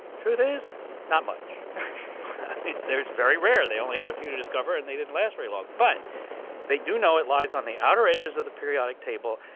truth is not much. there it's very rare. they only had a few to discover, and they didn't last very long. but they do know it lies on the outer edges of the periodic table,